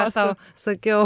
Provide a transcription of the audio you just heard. aš sau sakiau